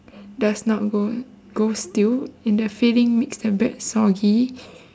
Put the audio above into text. does not grow grow stale and the filling makes the bread soggy